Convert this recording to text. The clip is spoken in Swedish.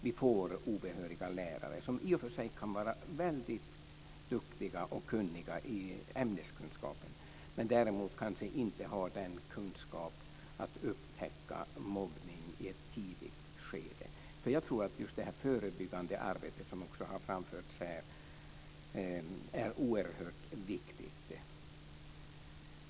Vi får obehöriga lärare, som i och för sig kan vara väldigt duktiga och kunniga när det gäller ämneskunskaper men som däremot kanske inte har kunskap att upptäcka mobbning i ett tidigt skede. Jag tror att just det förebyggande arbetet - vilket också har framförts här - är oerhört viktigt.